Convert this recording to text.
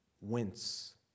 wince